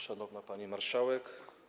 Szanowna Pani Marszałek!